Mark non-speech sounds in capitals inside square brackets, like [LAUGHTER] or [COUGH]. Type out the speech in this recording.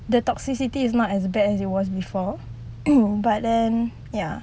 the toxicity is not as bad as it was before [NOISE] but then ya